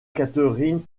catherine